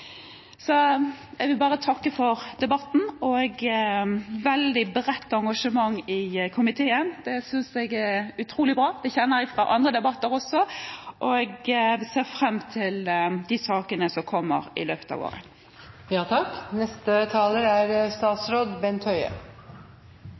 Jeg vil takke for debatten og for et veldig bredt engasjement i salen. Det synes jeg er utrolig bra, det kjenner jeg fra andre debatter også. Jeg ser fram til de sakene som kommer i løpet av